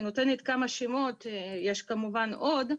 אני נותנת כמה שמות אבל יש כמובן עוד,